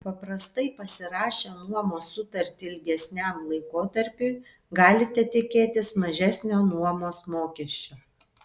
paprastai pasirašę nuomos sutartį ilgesniam laikotarpiui galite tikėtis mažesnio nuomos mokesčio